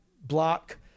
block